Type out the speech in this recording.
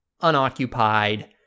unoccupied